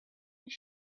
his